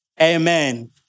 Amen